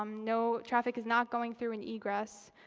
um no, traffic is not going through an egress.